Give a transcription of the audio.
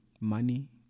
money